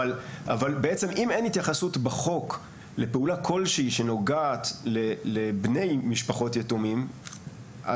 בעצם אם אין התייחסות בחוק לפעולה כלשהי שנוגעת לבני משפחות יתומים,